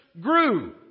grew